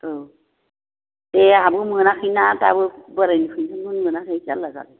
औ दे आंहाबो मोनाखैना दाबो बोरायनि पेन्स'न खौनो मोनाखै जाल्ला जाबाय